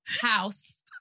house